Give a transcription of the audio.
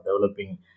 developing